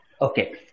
Okay